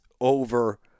over